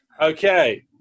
Okay